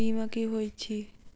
बीमा की होइत छी?